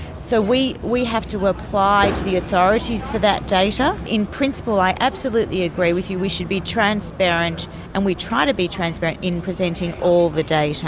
so we we have to apply to the authorities for that data. in principle, i absolutely agree with you, we should be transparent and we try to be transparent in presenting all the data.